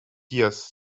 years